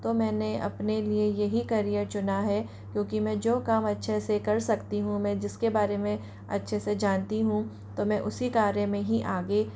तो मैंने अपने लिए यही करियर चुना है क्योंकि मैं जो काम अच्छे से कर सकती हूँ मैं जिसके बारे में अच्छे से जानती हूँ तो मैं इस कार्य में ही आगे